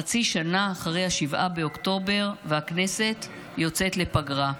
חצי שנה אחרי 7 באוקטובר, הכנסת יוצאת לפגרה.